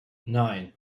nine